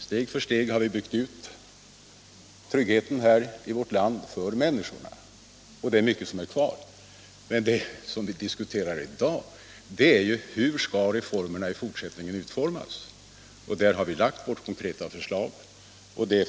Steg för steg har vi byggt ut tryggheten i vårt land, men det är mycket som återstår. Det som vi i dag skall diskutera är hur en viktig reform skall utformas. Här har vi framlagt vårt konkreta förslag.